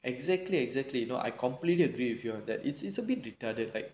exactly exactly you know I completely agree with you on that it's it's a bit retarded like